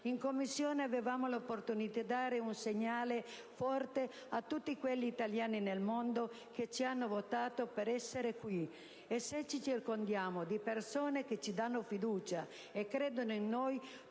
In Commissione avevamo l'opportunità di dare un segnale forte a tutti quegli italiani nel mondo che ci hanno votato per essere qui. Se ci circondiamo di persone che ci danno fiducia e credono in noi,